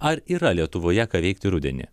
ar yra lietuvoje ką veikti rudenį